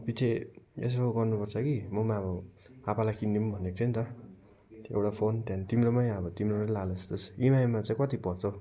पछि यसो गर्नुपर्छ कि म पनि अब आपालाई किनिदिउँ भनेको थिएँ नि त त्यो एउटा फोन त्यहाँदेखि तिम्रोमै अब तिम्रोबाटै लैजाला जस्तो छ इएमआईमा चाहिँ कति पर्छ हौ